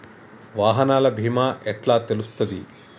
వాహనాల బీమా ఎట్ల తెలుస్తది?